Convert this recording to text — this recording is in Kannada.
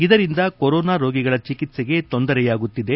ಇದರಿಂದ ಕೊರೋನಾ ರೋಗಿಗಳ ಚಿಕಿತ್ಸೆಗೆ ತೊಂದರೆಯಾಗುತ್ತಿದೆ